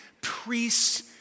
priests